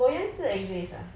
loyang still exist ah